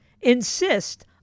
insist